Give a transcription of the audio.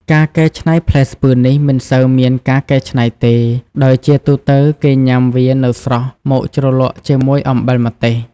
ការកៃច្នៃផ្លែស្ពឺនេះ មិនសូវមានការកៃច្នៃទេ ដោយជាទូទៅគេញ៉ាំវានៅស្រស់មកជ្រលក់ជាមួយអំបិលម្ទេស។